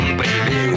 baby